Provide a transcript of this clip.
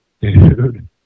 Dude